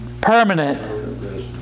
permanent